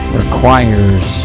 requires